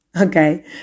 Okay